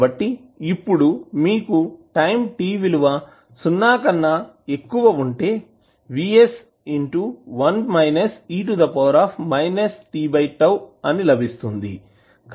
కాబట్టి ఇప్పుడు మీకు టైం t విలువ సున్నా కన్నా ఎక్కువ ఉంటే లభిస్తుంది